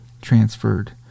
transferred